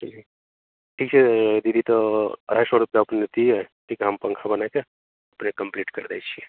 ठीक है दीदी तो अढ़ाई सौ रुपया अपने दिये ठीक है हम पंखा बनाये के पूरे कम्प्लीट कर देई शी